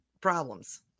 problems